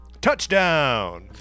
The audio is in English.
Touchdown